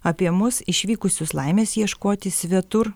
apie mus išvykusius laimės ieškoti svetur